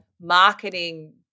marketing